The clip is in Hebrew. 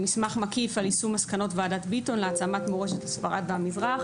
מסמך מקיף על יישום מסקנות ועדת ביטון להעצמת מורשת ספרד והמזרח,